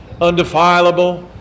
undefilable